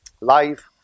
Life